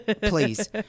Please